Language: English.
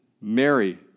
Mary